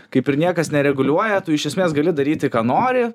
kaip ir niekas nereguliuoja tu iš esmės gali daryti ką nori